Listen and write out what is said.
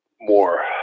more –